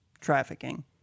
trafficking